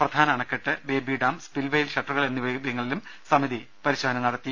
പ്രധാന അണക്കെട്ട് baby dam spillway ഷട്ടറുകൾ എന്നിവിടങ്ങളിലും സമിതി പരിശോധന നടത്തി